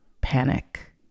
panic